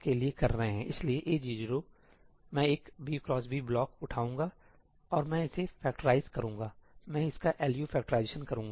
इसलिएA00 मैं करूंगा मैं एक b x b ब्लॉक उठाऊंगा और मैं इसे फैक्टराइजकरूँगा मैं इसका एलयू फैक्टराइजेशन करूँगा